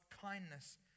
kindness